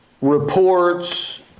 reports